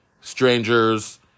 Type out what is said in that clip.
strangers